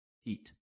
heat